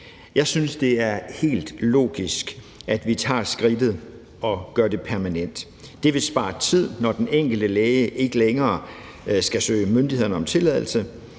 Jeg synes, det er helt logisk, at vi tager skridtet og gør det permanent. Det vil spare tid, når den enkelte læge ikke længere skal søge myndighederne om tilladelse,